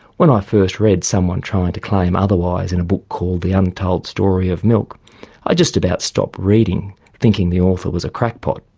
when i first read someone trying to claim otherwise in a book called the untold story of milk i just about stopped reading, thinking the author was a crackpot.